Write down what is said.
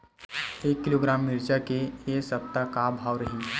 एक किलोग्राम मिरचा के ए सप्ता का भाव रहि?